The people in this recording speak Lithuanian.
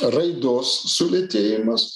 raidos sulėtėjimas